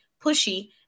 pushy